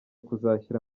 kuzashyira